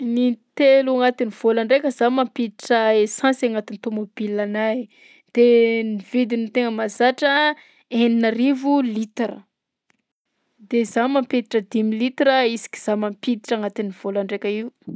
Nintelo agnatin'ny volan-draika zaho mampiditra essence agnatin'ny tômôbilanahy. De ny vidiny tegna mahazatra enina arivo litre. De zaho mampiditra dimy litre isaka zaho mampiditra agnatin'ny vôlan-draika io.